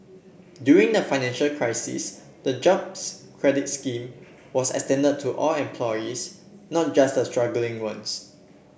during the financial crisis the Jobs Credit scheme was extended to all employees not just the struggling ones